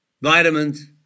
vitamins